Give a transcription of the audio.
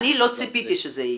לא ציפיתי שזה יהיה,